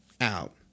out